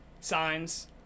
Signs